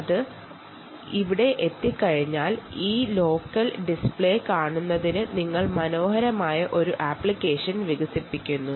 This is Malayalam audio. ഇത് കിട്ടിക്കഴിഞ്ഞാൽ ലോക്കൽ ഡിസ്പ്ലേക്ക് വേണ്ടിയുളള അപ്ലിക്കേഷൻ നമുക്ക് വികസിപ്പിച്ചെടുക്കാം